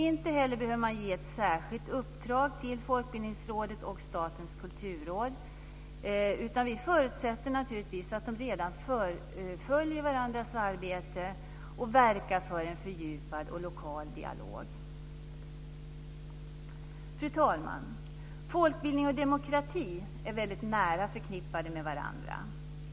Inte heller behöver man ge ett särskilt uppdrag till Folkbildningsrådet och Statens kulturråd, utan vi förutsätter att de redan följer varandras arbete och verkar för en fördjupad och lokal dialog. Fru talman! Folkbildning och demokrati är väldigt nära förknippade med varandra.